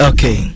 Okay